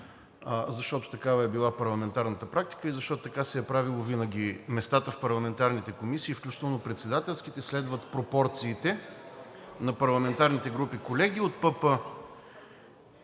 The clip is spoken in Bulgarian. защото такава е била парламентарната практика и защото така се е правило винаги. Местата в парламентарните комисии, включително председателските, следват пропорциите на парламентарните групи. Колеги от ПП,